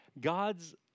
God's